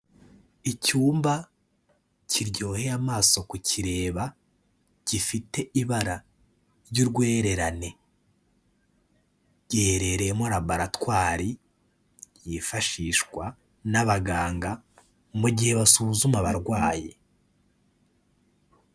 Icyumba kiryoheye amaso kukireba, gifite ibara ry'urwererane. Giherereyemo laboratwari yifashishwa n'abaganga mu gihe basuzuma abarwayi.